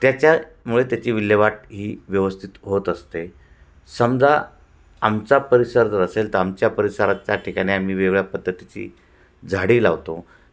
त्याच्यामुळे त्याची विल्हेवाट ही व्यवस्थित होत असते समजा आमचा परिसर जर असेल तर आमच्या परिसरातच्या ठिकाणी आम्ही वेगवेगळ्या पद्धतीची झाडी लावतो